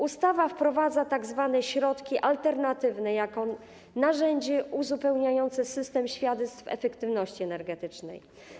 Ustawa wprowadza tzw. środki alternatywne jako narzędzie uzupełniające system świadectw efektywności energetycznej.